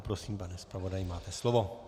Prosím, pane zpravodaji, máte slovo.